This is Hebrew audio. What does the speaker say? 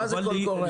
מה זה קול קורא.